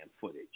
footage